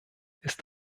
ist